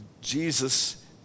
Jesus